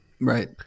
right